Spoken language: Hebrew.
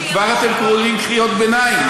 וכבר אתם קוראים קריאות ביניים.